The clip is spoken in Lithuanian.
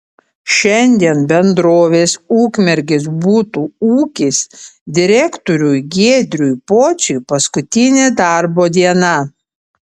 šiandien bendrovės ukmergės butų ūkis direktoriui giedriui pociui paskutinė darbo diena